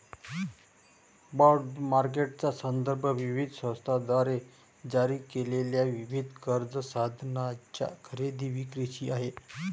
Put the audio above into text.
bond मार्केटचा संदर्भ विविध संस्थांद्वारे जारी केलेल्या विविध कर्ज साधनांच्या खरेदी विक्रीशी आहे